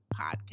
Podcast